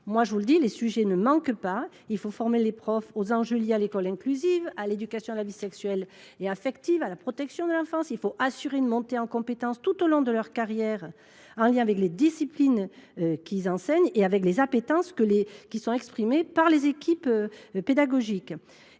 Pourtant, les sujets ne manquent pas. Il faut former les professeurs aux enjeux liés à l’école inclusive, à l’éducation à la vie sexuelle et affective, à la protection de l’enfance, etc. Il faut aussi assurer une montée en compétences tout au long de la carrière en lien avec les disciplines enseignées, avec les appétences exprimées par les équipes pédagogiques